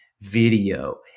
video